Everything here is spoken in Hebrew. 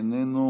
איננו,